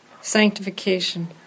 sanctification